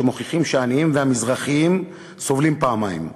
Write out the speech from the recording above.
שמוכיח שהעניים והמזרחים סובלים פעמיים.